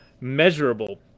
Measurable